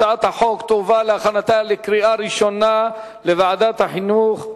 הצעת החוק תועבר להכנתה לקריאה ראשונה לוועדת החינוך,